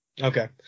Okay